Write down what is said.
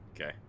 okay